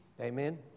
Amen